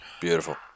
beautiful